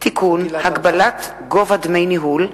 החמרת הענישה למעסיק בענפים לא מורשים),